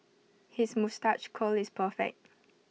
his moustache curl is perfect